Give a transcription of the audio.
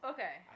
Okay